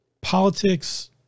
Politics